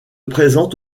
présente